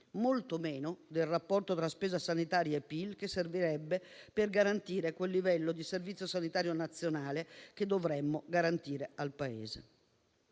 molto meno del rapporto tra spesa sanitaria e PIL che servirebbe per garantire quel livello di Servizio sanitario nazionale che dovremmo garantire al Paese.